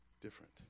different